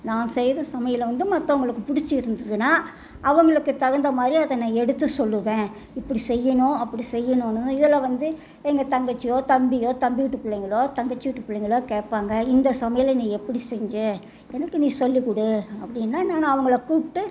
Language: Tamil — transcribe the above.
நான் செய்த சமையலும் வந்து மற்றவங்களுக்கு பிடிச்சி இருந்ததுனா அவங்களுக்கு தகுந்த மாதிரி அதை நான் எடுத்து சொல்லுவேன் இப்படி செய்யணும் அப்படி செய்யணும்னு இதில் வந்து எங்கள் தங்கச்சியோ தம்பியோ தம்பி வீட்டு பிள்ளைங்களோ தங்கச்சி வீட்டு பிள்ளைங்களோ கேட்பாங்க இந்த சமையலை நீ எப்படி செஞ்ச எனக்கு நீ சொல்லிக்கொடு அப்படின்னா நான் அவங்களை கூப்பிட்டு